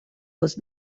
was